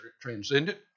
transcendent